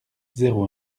zéro